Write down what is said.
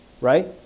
right